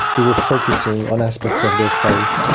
they were focusing on aspects of their faith,